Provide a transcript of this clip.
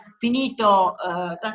finito